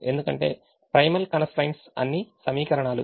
ఎందుకంటే primal constraints అన్ని సమీకరణాలు